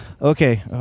Okay